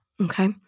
Okay